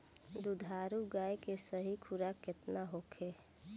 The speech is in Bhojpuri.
दुधारू गाय के सही खुराक केतना होखे?